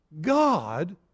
God